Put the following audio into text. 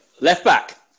Left-back